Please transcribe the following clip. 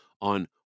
on